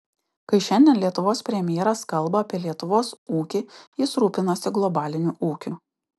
kai šiandien lietuvos premjeras kalba apie lietuvos ūkį jis rūpinasi globaliniu ūkiu